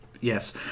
Yes